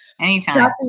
Anytime